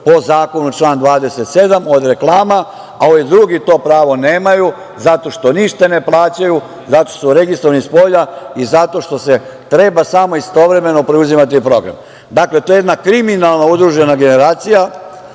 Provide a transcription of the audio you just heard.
po zakonu, član 27, od reklama, a ovi drugi to prvo nemaju zato što ništa ne plaćaju, zato što su registrovani spolja i zato što treba samo istovremeno preuzimati program. Dakle, to je jedna kriminalna udružena generacija,